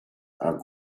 are